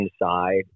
inside